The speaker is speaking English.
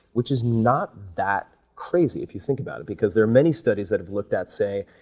which is not that crazy if you think about it because there are many studies that have looked at, say,